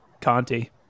conti